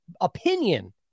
opinion